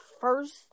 first